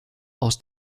aus